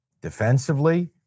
Defensively